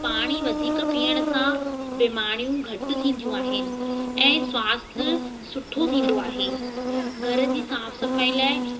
पाणी वधीक पीअण सां बीमारियूं घटि थींदियूं आहिनि ऐं स्वास्थ्य सुठो थींदो आहे घर जी साफ़ सफ़ाई लाइ